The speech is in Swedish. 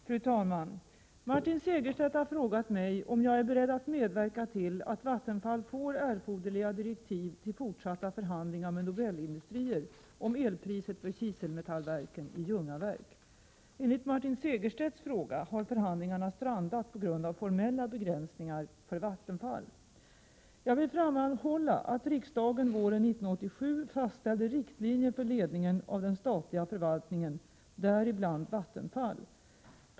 Fru talman! Martin Segerstedt har frågat mig om jag är beredd att medverka till att Vattenfall får erforderliga direktiv till fortsatta förhandlingar med Nobelindustrier om elpriset för kiselmetallverken i Ljungaverk. Enligt Martin Segerstedts fråga har förhandlingarna strandat på grund av formella begränsningar för Vattenfall. Jag vill framhålla att riksdagen våren 1987 fastställde riktlinjer för ledningen av den statliga förvaltningen, däribland Vattenfall .